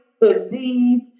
believe